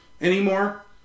anymore